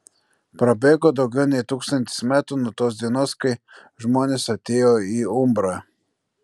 prabėgo daugiau nei tūkstantis metų nuo tos dienos kai žmonės atėjo į umbrą